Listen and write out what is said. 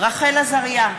רחל עזריה,